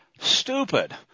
stupid